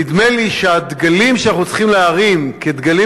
נדמה לי שהדגלים שאנחנו צריכים להרים כדגלים